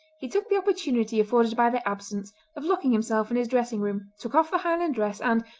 he took the opportunity afforded by their absence of locking himself in his dressing-room, took off the highland dress, and,